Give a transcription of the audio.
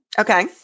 Okay